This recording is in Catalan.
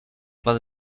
clar